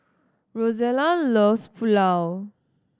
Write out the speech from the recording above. Rozella loves Pulao